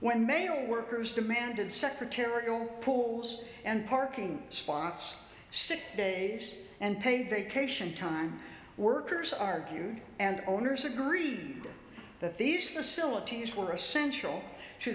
when male workers demanded secretarial pools and parking spots sick days and paid vacation time workers argued and owners agree that these facilities were essential to